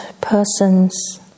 persons